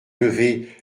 lever